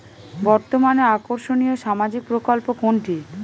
বর্তমানে আকর্ষনিয় সামাজিক প্রকল্প কোনটি?